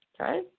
Okay